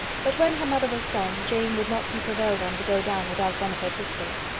but when her mother was gone, jane would not be prevailed on to go down without one of her sisters.